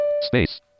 Space